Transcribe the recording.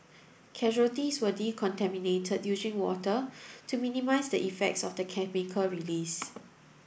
casualties were decontaminated using water to minimise the effects of the chemical release